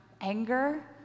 anger